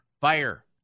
Fire